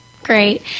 Great